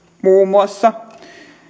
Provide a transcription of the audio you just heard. muun muassa